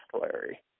Larry